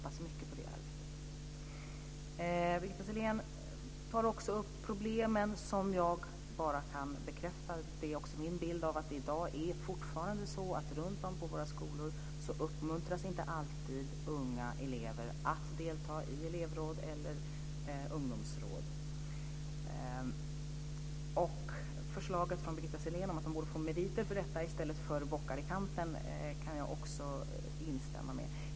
Birgitta Sellén tar också upp problemen, som jag bara kan bekräfta. Det är också min bild att det i dag fortfarande är så att unga elever runt om på våra skolor inte alltid uppmuntras att delta i elevråd eller ungdomsråd. Förslaget från Birgitta Sellén om att de borde få meriter för detta i stället för bockar i kanten kan jag också instämma i.